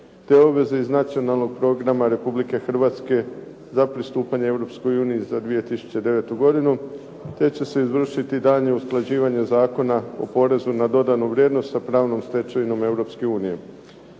te obveze iz nacionalnog programa Republike Hrvatske za pristupanje Europskoj uniji za 2009. godinu, te će se izvršiti daljnje usklađivanje zakona o porezu na dodanu vrijednost sa pravnom stečevinom